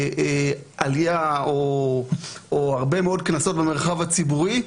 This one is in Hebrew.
עלייה או הרבה מאוד קנסות במרחב הציבורי,